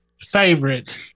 favorite